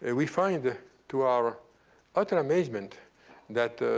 and we find ah to our utter amazement that